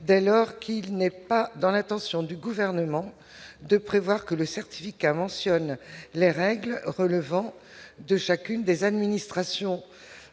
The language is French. dès lors qu'il n'est pas dans l'intention du gouvernement de prévoir que le certificat mentionne les règles relevant de chacune des administrations